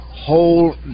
Whole